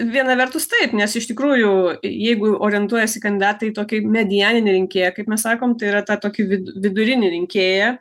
viena vertus taip nes iš tikrųjų jeigu orientuojasi kandidatai į tokį medianinį rinkėją kaip mes sakom tai yra tą tokį vidu vidurinį rinkėją